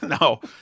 no